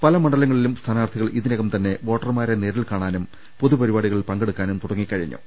പല മണ്ഡലങ്ങളിലും സ്ഥാനാർഥികൾ ഇതിനകം തന്നെ വോട്ടർമാരെ നേരിൽകാണാനും പൊതുപരിപാടികളിൽ പങ്കെടു ക്കാനും തുടങ്ങിക്കഴിഞ്ഞു